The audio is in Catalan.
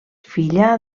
filla